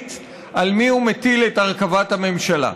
שמחליט על מי הוא מטיל את הרכבת הממשלה.